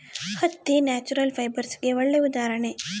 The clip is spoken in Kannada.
ಹತ್ತಿ ನ್ಯಾಚುರಲ್ ಫೈಬರ್ಸ್ಗೆಗೆ ಒಳ್ಳೆ ಉದಾಹರಣೆ